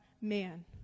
man